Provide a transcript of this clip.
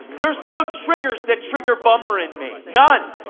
there's no triggers that trigger bummer in me. none.